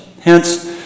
hence